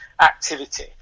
activity